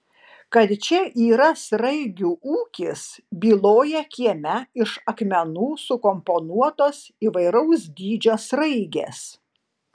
kad čia yra sraigių ūkis byloja kieme iš akmenų sukomponuotos įvairaus dydžio sraigės